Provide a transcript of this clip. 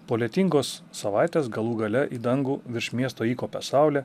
po lietingos savaitės galų gale į dangų virš miesto įkopia saulė